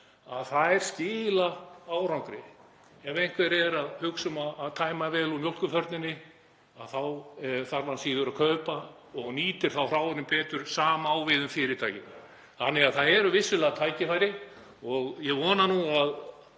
skila árangri. Ef einhver er að hugsa um að tæma vel úr mjólkurfernunni þá þarf hann síður að kaupa og nýtir hráefnið betur. Það sama á við um fyrirtækin þannig að það eru vissulega tækifæri. Ég vona að